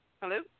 Hello